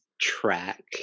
track